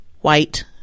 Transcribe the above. white